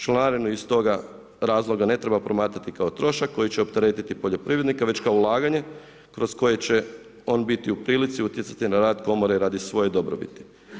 Članarinu iz toga razloga ne treba promatrati kao trošak koji će opteretiti poljoprivrednika, već kao ulaganje kroz koje će on biti u prilici utjecati na rad komore radi svoje dobrobiti.